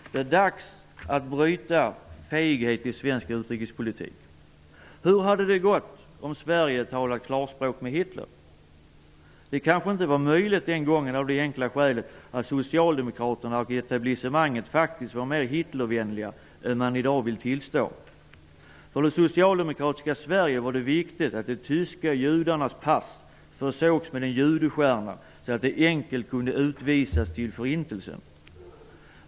Det är dags att bryta med feghet i svensk utrikespolitik. Hur hade det gått om Sverige talat klarspråk med Hitler? Det kanske inte var möjligt den gången av det enkla skälet att socialdemokraterna och etablissemanget faktiskt var mer Hitlervänliga än man i dag vill tillstå. För det socialdemokratiska Sverige var det viktigt att de tyska judarnas pass försågs med en judestjärna, så att de enkelt kunde utvisas till förintelsen.